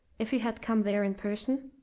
if he had come there in person?